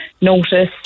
notice